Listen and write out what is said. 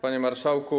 Panie Marszałku!